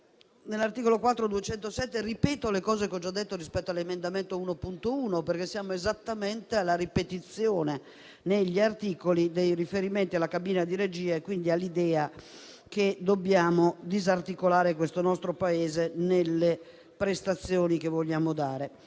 l'emendamento 4.207 ripeto quanto già detto rispetto all'emendamento 1.1, perché siamo esattamente alla ripetizione, negli articoli, dei riferimenti alla cabina di regia, quindi all'idea che dobbiamo disarticolare questo nostro Paese nelle prestazioni che vogliamo dare.